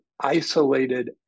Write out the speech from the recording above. isolated